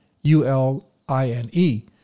U-L-I-N-E